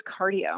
cardio